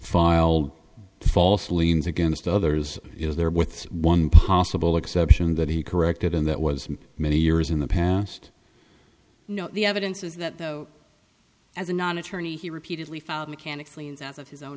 filed false liens against others is there with one possible exception that he corrected in that was many years in the past you know the evidence is that though as a non attorney he repeatedly felt mechanics liens out of his own